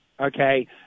Okay